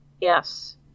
Yes